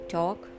talk